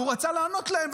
ורצה לענות להם,